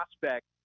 prospect